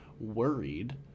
worried